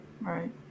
Right